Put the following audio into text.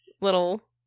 little